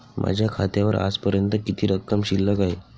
माझ्या खात्यावर आजपर्यंत किती रक्कम शिल्लक आहे?